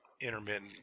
intermittent